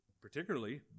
particularly